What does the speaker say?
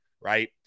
right